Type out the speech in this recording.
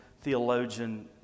theologian